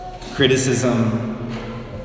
Criticism